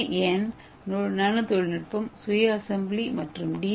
ஏ nano தொழில்நுட்பம் சுய assembly மற்றும் டி